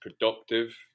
productive